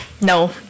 No